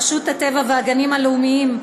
רשות הטבע והגנים הלאומיים,